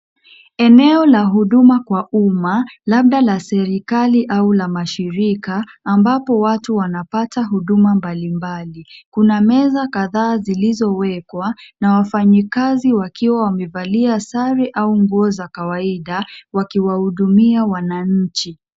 Eneo la huduma kwa uma, labda la serikali au la mashirika ambapo watu wanapata huduma mbalimbali. Kuna meza kadhaa zilizowekwa na wafanyikazi wakiwa wamevalia sare au nguo za kawaida, wakiwahudumia wananchi.